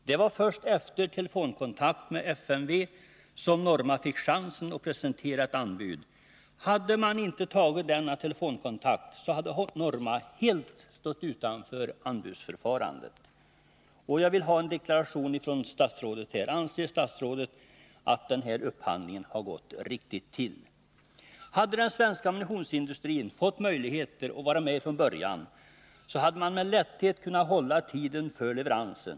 Det var först efter telefonkontakt med försvarets materielverk som Norma fick Nr 37 chansen att presentera ett anbud. Hade man inte tagit telefonkontakt hade Fredagen den Norma stått helt utanför anbudsförfarandet. Jag vill ha en deklaration från 28 november 1980 statsrådet på den punkten: Anser statsrådet att den här upphandlingen har gått riktigt till? Om verksamheten Hade den svenska ammunitionsindustrin från början fått möjligheter att vid AB Norma vara med, hade man med lätthet kunnat hålla tiden för leveransen.